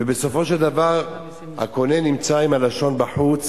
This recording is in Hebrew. ובסופו של דבר הקונה נמצא עם הלשון בחוץ,